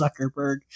Zuckerberg